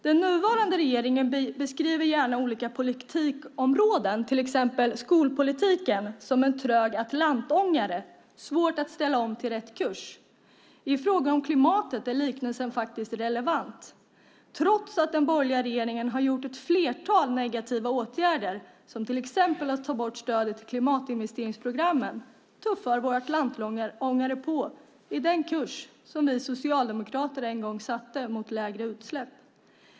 Den nuvarande regeringen beskriver gärna olika politikområden, till exempel skolpolitiken, som en trög Atlantångare som är svår att ställa om till rätt kurs. I fråga om klimatet är liknelsen faktiskt relevant. Trots att den borgerliga regeringen har vidtagit ett flertal negativa åtgärder, som till exempel att ta bort stödet till klimatinvesteringsprogrammen, tuffar vår Atlantångare vidare på den kurs som vi socialdemokrater en gång satte mot lägre utsläpp.